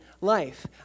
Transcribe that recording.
life